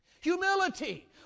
Humility